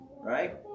Right